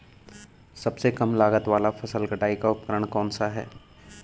सबसे कम लागत वाला फसल कटाई का उपकरण कौन सा है?